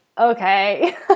okay